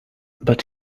but